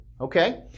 okay